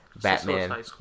Batman